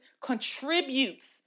contributes